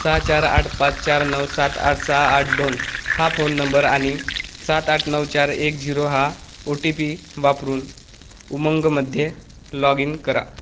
सहा चार आठ पाच चार नऊ सात आठ सहा आठ दोन हा फोन नंबर आणि सात आठ नऊ चार एक झिरो हा ओ टी पी वापरून उमंगमध्ये लॉग इन करा